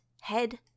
head